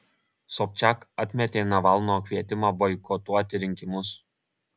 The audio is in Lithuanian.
sobčiak atmetė navalno kvietimą boikotuoti rinkimus